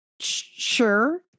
sure